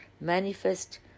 manifest